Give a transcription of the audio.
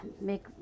make